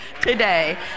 today